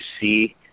see